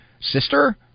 sister